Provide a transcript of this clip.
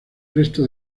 resto